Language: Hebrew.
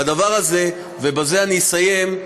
בזה אני אסיים,